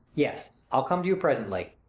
yes i'll come to you presently.